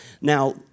Now